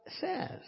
says